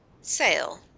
Sale